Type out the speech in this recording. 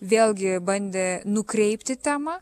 vėlgi bandė nukreipti temą